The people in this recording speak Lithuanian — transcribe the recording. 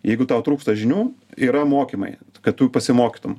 jeigu tau trūksta žinių yra mokymai kad pasimokytum